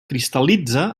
cristal·litza